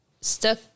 stuck